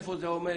היכן זה עומד?